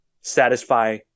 satisfy